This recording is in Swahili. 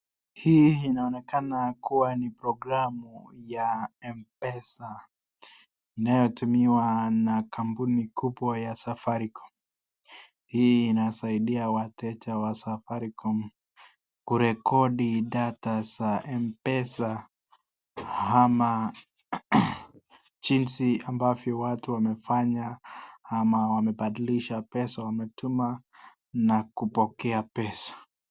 Hii inaonekana kuwa ni programu ya Mpesa inayotumiwa na kampuni kubwa ya Safaricom. Hii inasaidia wateja wa Safaricom kurekodi data za Mpesa ama jinsi ambavyo watu wamefanya ama wamebadilisha pesa wametuma na kupokea pesa.